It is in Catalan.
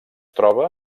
troba